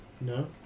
No